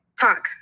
talk